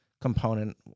component